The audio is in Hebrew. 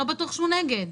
לא בטוח שהוא נגד.